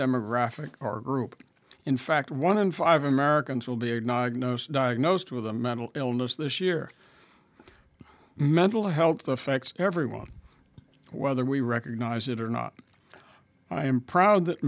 demographic or group in fact one in five americans will be a dog knows diagnosed with a mental illness this year mental health affects everyone whether we recognize it or not i am proud that